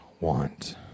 want